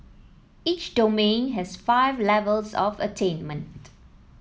each domain has five levels of attainment